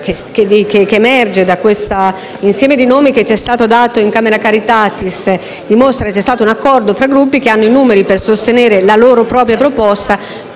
che emerge da questo insieme di nomi che ci è stato dato *in camera caritatis* dimostra che c'è stato un accordo fra Gruppi che hanno i numeri per sostenere la loro propria proposta,